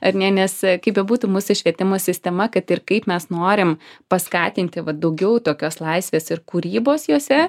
ar ne nes kaip bebūtų mūsų švietimo sistema kad ir kaip mes norim paskatinti vat daugiau tokios laisvės ir kūrybos jose